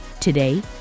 Today